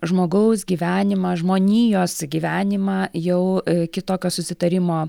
žmogaus gyvenimą žmonijos gyvenimą jau kitokio susitarimo